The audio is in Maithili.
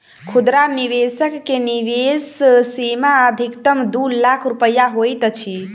खुदरा निवेशक के निवेश सीमा अधिकतम दू लाख रुपया होइत अछि